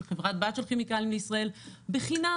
של חברת בת של כימיקלים לישראל בחינם